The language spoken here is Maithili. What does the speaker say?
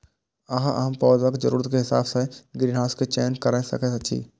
अहां अपन पौधाक जरूरत के हिसाब सं ग्रीनहाउस के चयन कैर सकै छी